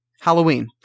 Halloween